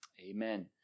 amen